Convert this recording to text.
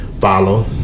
follow